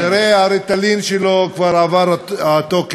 כנראה ה"ריטלין" שלו, כבר עבר התוקף,